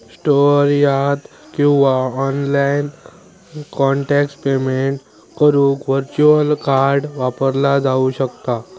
store यात किंवा online contactless payment करुक व्हर्च्युअल कार्ड वापरला जाऊ शकता